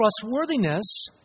trustworthiness